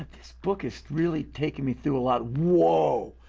this book is really taking me through a lot. whoa!